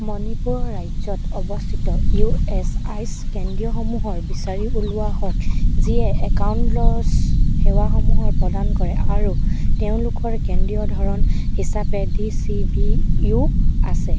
মণিপুৰৰ ৰাজ্যত অৱস্থিত ইউ এছ আই চি কেন্দ্ৰসমূহৰ বিচাৰি উলিওৱা হওক যিয়ে একাউনদ্ৰজ সেৱাসমূহ প্ৰদান কৰে আৰু তেওঁলোকৰ কেন্দ্ৰীয় ধৰণ হিচাপে ডি চি বি ইউ আছে